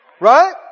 Right